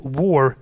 war